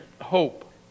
hope